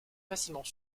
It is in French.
facilement